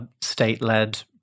state-led